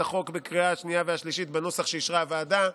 החוק בקריאה השנייה והשלישית בנוסח שאישרה הוועדה,